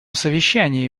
совещании